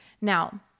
Now